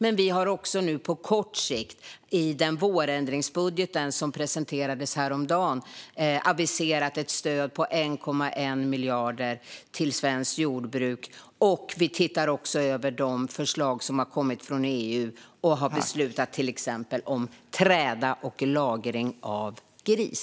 På kort sikt aviserade vi i den vårändringsbudget som presenterades häromdagen ett stöd på 1,1 miljarder till svenskt jordbruk. Vi tittar också över de förslag som har kommit från EU. Vi har till exempel beslutat om träda och lagring av gris.